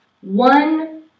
one